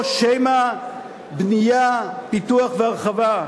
או שמא בנייה, פיתוח והרחבה?